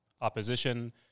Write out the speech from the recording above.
opposition